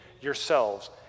yourselves